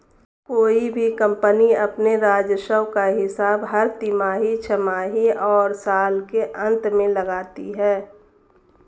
कोई भी कम्पनी अपने राजस्व का हिसाब हर तिमाही, छमाही और साल के अंत में लगाती है